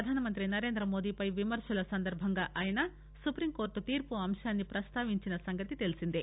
ప్రధానమంత్రి నరేంద్రమోడీపై విమర్శల సందర్బంగా ఆయన సుప్రీంకోర్టు తీర్పు అంశాన్ని ప్రస్తావించిన సంగతి తెలిసిందే